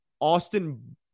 Austin